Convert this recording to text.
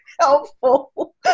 helpful